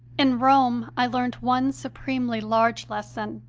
in rome i learned one supremely large lesson,